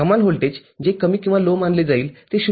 कमाल व्होल्टेज जे कमी मानले जाईल ते 0